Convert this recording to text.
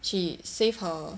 she save her